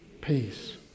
Peace